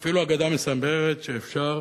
ואפילו האגדה מספרת שאפשר